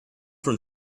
from